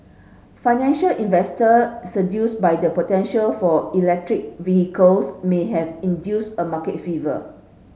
financial investors seduced by the potential for electric vehicles may have induced a market fever